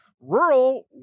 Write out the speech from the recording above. rural